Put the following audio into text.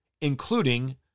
including